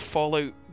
Fallout